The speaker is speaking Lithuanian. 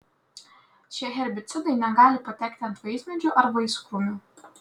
šie herbicidai negali patekti ant vaismedžių ar vaiskrūmių